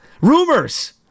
Rumors